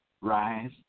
rise